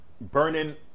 burning